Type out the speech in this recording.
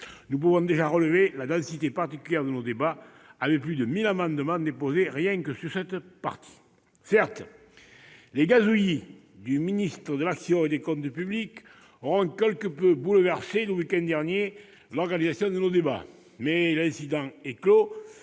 nous pouvons déjà relever la densité particulière de nos débats, avec plus de mille amendements déposés rien que sur cette partie. Certes, les gazouillis du ministre de l'action et des comptes publics auront quelque peu bouleversé l'organisation de nos débats le week-end dernier.